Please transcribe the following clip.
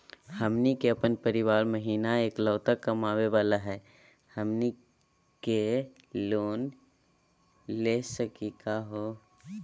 हमनी के अपन परीवार महिना एकलौता कमावे वाला हई, हमनी के लोन ले सकली का हो?